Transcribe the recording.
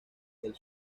del